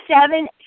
seven